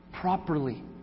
properly